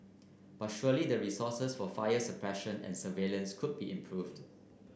but surely the resources for fires suppression and surveillance could be improved